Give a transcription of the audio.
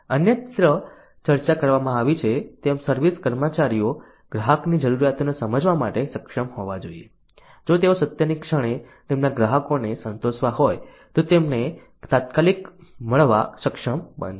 અન્યત્ર ચર્ચા કરવામાં આવી છે તેમ સર્વિસ કર્મચારીઓ ગ્રાહકની જરૂરિયાતોને સમજવા માટે સક્ષમ હોવા જોઈએ જો તેઓ સત્યની ક્ષણે તેમના ગ્રાહકોને સંતોષવા હોય તો તેમને તાત્કાલિક મળવા સક્ષમ બનશે